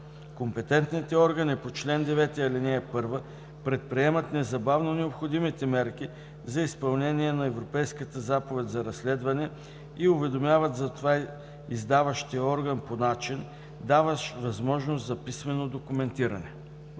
компетентните органи по чл. 9, ал. 1 предприемат незабавно необходимите мерки за изпълнение на Европейската заповед за разследване и уведомяват за това издаващия орган по начин, даващ възможност за писмено документиране.“